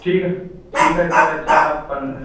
ठीक है ठीक है सर अच्छा आप पन